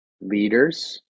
leaders